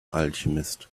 alchemist